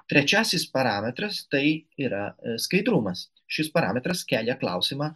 trečiasis parametras tai yra skaidrumas šis parametras kelia klausimą